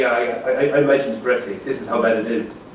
i mentioned briefly, this is how bad it is.